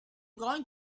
going